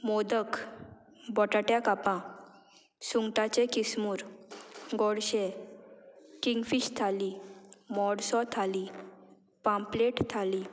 मोदक बोटाट्या कापां सुंगटाचे किसमूर गोडशे किंगफीश थाली मोडसो थाली पांपलेट थाली